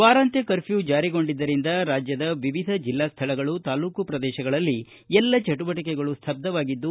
ವಾರಾಂತ್ಯ curfew ಜಾರಿಗೊಂಡಿದ್ದರಿಂದ ರಾಜ್ಯದ ವಿವಿಧ ಜಿಲ್ಲಾ ಸ್ಥಳಗಳು ತಾಲ್ಲೂಕು ಪ್ರದೇಶಗಳಲ್ಲಿ ಎಲ್ಲ ಚಟುವಟಿಕೆಗಳು ಸ್ವಬ್ದವಾಗಿದ್ದು